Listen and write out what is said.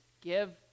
give